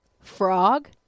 Frog